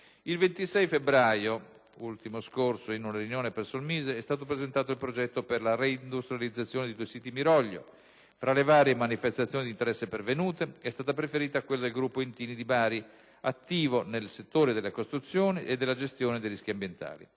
Il 26 febbraio ultimo scorso, in una riunione presso il Ministero dello sviluppo economico, è stato presentato il progetto per la reindustrializzazione dei due siti Miroglio. Tra le varie manifestazioni di interesse pervenute, è stata preferita quella del gruppo Intini di Bari, attivo nei settori delle costruzioni e della gestione dei rischi ambientali.